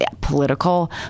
political